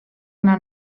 not